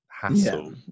hassle